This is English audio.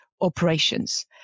operations